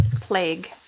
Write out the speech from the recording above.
plague